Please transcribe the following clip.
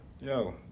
Yo